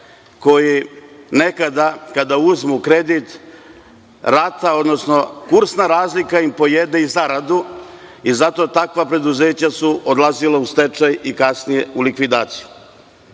koji nekada kada uzmu kredit, kursna razlika im pojede i zaradu i zato takva preduzeća su odlazila u stečaj i kasnije u likvidaciju.